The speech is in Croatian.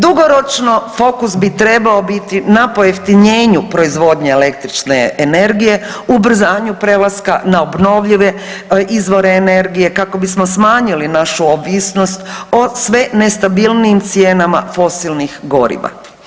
Dugoročno fokus bi trebao biti na pojeftinjenju proizvodnje električne energije, ubrzanju prelaska na obnovljive izvore energije kako bismo smanjili našu ovisnost o sve nestabilnijim cijenama fosilnih goriva.